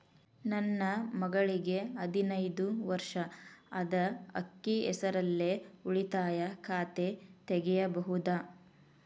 ನನ್ನ ಮಗಳಿಗೆ ಹದಿನೈದು ವರ್ಷ ಅದ ಅಕ್ಕಿ ಹೆಸರಲ್ಲೇ ಉಳಿತಾಯ ಖಾತೆ ತೆಗೆಯಬಹುದಾ?